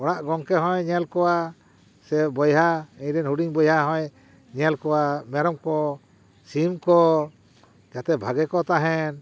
ᱚᱲᱟᱜ ᱜᱚᱢᱠᱮ ᱦᱚᱸᱭ ᱧᱮᱞ ᱠᱚᱣᱟ ᱥᱮ ᱵᱚᱭᱦᱟ ᱤᱧᱨᱮᱱ ᱦᱩᱰᱤᱝ ᱵᱚᱭᱦᱟ ᱦᱚᱸᱭ ᱧᱮᱞ ᱠᱚᱣᱟ ᱢᱮᱨᱚᱢ ᱠᱚ ᱥᱤᱢ ᱠᱚ ᱡᱟᱛᱮ ᱵᱷᱟᱜᱮ ᱠᱚ ᱛᱟᱦᱮᱱ